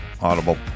audible